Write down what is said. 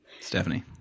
Stephanie